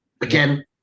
again